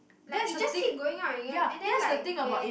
like it just keep going up and up and then like when